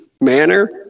manner